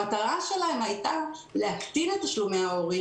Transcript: המטרה שלהם הייתה להקטין את תשלומי ההורים